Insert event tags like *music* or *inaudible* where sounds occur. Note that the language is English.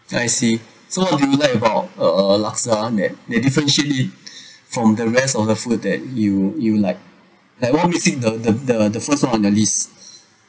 I see so what do you like about uh laksa that that differentiate it *breath* from the rest of the food that you you like like what missing the the the the first one on your list